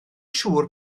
siŵr